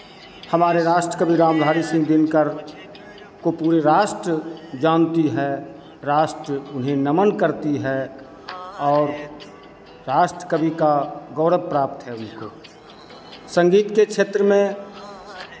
हमारे राष्टकवि रामधारी सिंह दिनकर को पूरी राष्ट्र जानती है राष्ट्र उन्हें नमन करती है और राष्ट्रकवि का गौरव प्राप्त है उनको संगीत के क्षेत्र में